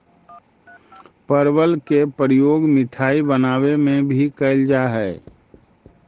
परवल के प्रयोग मिठाई बनावे में भी कैल जा हइ